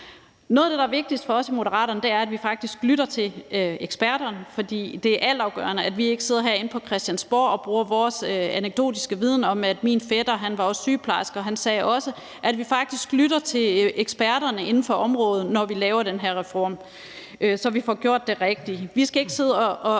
Noget af det, der er vigtigst for os i Moderaterne, er, at vi faktisk lytter til eksperterne, for det er altafgørende, at vi ikke sidder herinde på Christiansborg og bruger vores anekdotiske viden om, at min fætter også var sygeplejerske og han også sagde sådan, men at vi faktisk lytter til eksperterne inden for området, når vi laver den her reform, så vi får gjort det rigtige.